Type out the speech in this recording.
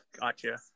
Gotcha